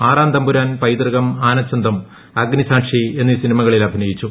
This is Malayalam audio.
ആറാം തമ്പുരാൻ പൈതൃകം ആനച്ചന്തം അഗ്നിസാക്ഷി എന്നീ സിനിമകളിൽ അഭിനയിച്ചു